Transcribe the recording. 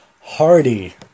Hardy